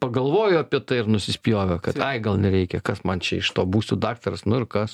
pagalvojo apie tai ir nusispjovė kad ai gal nereikia kas man čia iš to būsiu daktaras nu ir kas